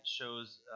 shows